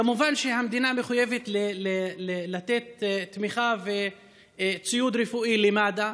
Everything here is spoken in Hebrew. כמובן שהמדינה מחויבת לתת תמיכה וציוד רפואי למד"א,